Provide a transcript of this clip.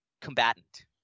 combatant